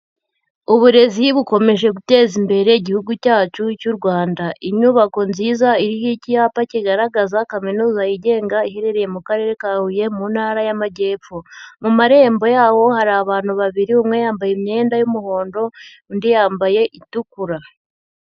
Uburezi bukomeje guteza imbere igihugu cyacu, cy'u Rwanda. Inyubako nziza iriho ikipa kigaragaza kaminuza yigenga iherereye mu karere ka Huye mu ntara y'Amajyepfo. Mu marembo yawo hari abantu babiri, umwe yambaye imyenda y'umuhondo, undi yambaye itukura.